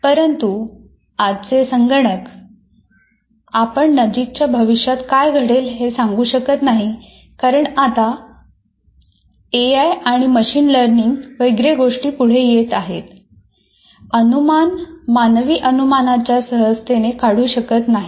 परंतु आजचे संगणक अनुमान मानवी अनुमानाच्या सहजतेने काढू शकत नाहीत